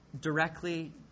directly